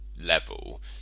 level